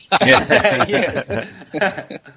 Yes